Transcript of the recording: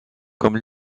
comme